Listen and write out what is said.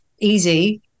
easy